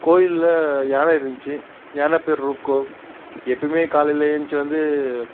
கோயிலில் யானை இருந்துச்சு யானை பேர் ருக்கு எப்போயுமே காலையில் எழுன்ச்சி வந்து